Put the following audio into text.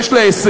יש לה הישגים.